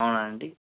అవునా అండి